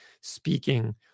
speaking